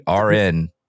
RN